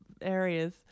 areas